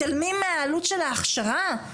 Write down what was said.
מתעלמים מהעלות של ההכשרה.